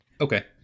Okay